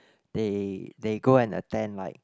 they they go and attend like